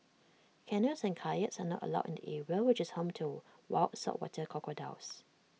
canoes and kayaks are not allowed in the area which is home to wild saltwater crocodiles